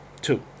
Two